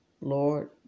Lord